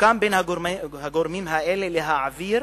להעביר